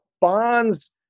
Bonds